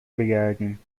بگردیم